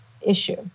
issue